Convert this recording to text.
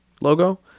logo